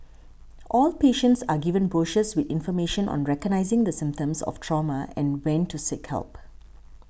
all patients are given brochures with information on recognising the symptoms of trauma and when to seek help